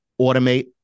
automate